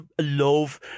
love